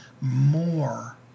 more